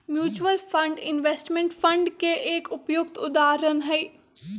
mutual fund investment fund के एक उपयुक्त उदाहरण हई